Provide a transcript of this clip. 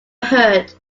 heard